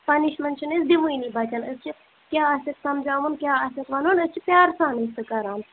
punishment چھِنہٕ أسۍ دِوٲنی بچن أسۍ چھِ کیٛاہ آسہِ اَسہِ سمجھاوُن کیٛاہ آسٮ۪کھ وَنُن أسۍ چھِ پیٛار سانٕے سُہ کران